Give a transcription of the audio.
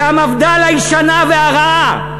זה המפד"ל הישנה והרעה,